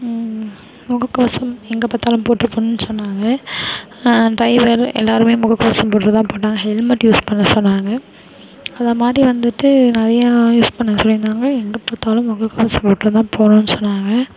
முகக்கவசம் எங்கே பார்த்தாலும் போட்டுப் போகணுன்னு சொன்னாங்க டிரைவர் எல்லோருமே முகக்கவசம் போட்டுகிட்டுதான் போனாங்க ஹெல்மெட் யூஸ் பண்ண சொன்னாங்க அது மாதிரி வந்துவிட்டு நிறையா யூஸ் பண்ண சொல்லியிருந்தாங்க எங்கே பத்தாலும் முகக்கவசம் போட்டுடுதான் போகணுன்னு சொன்னாங்க